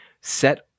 set